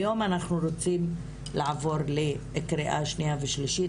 היום אנחנו רוצים לעבור לקריאה שנייה ושלישית,